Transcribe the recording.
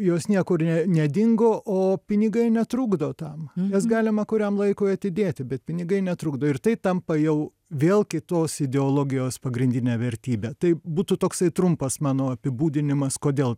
jos niekur ne nedingo o pinigai netrukdo tam jas galima kuriam laikui atidėti bet pinigai netrukdo ir tai tampa jau vėl kitos ideologijos pagrindine vertybe tai būtų toksai trumpas mano apibūdinimas kodėl